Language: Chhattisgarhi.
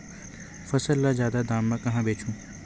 फसल ल जादा दाम म कहां बेचहु?